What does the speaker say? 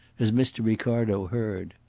as mr. ricardo heard.